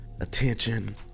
attention